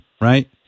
right